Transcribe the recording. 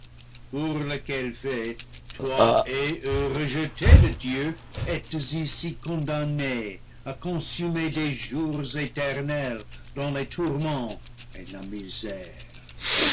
pour lequel fait toi et eux rejetés de dieu êtes ici condamnés à consumer des jours éternels dans les tourments et la misère